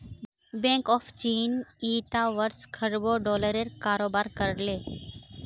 bank of चीन ईटा वर्ष खरबों डॉलरेर कारोबार कर ले